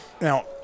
Now